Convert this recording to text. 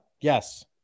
yes